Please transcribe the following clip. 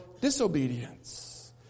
disobedience